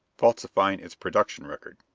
falsifying its production record,